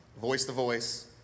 voice-to-voice